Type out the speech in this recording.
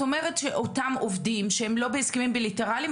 את אומרת שאותם עובדים שהם לא בהסכמים בילטראליים,